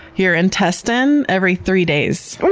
your intestine, every three days.